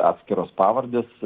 atskiros pavardės